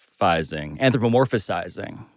Anthropomorphizing